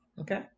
okay